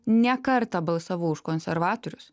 ne kartą balsavau už konservatorius